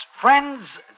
friends